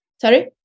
Sorry